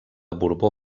borbó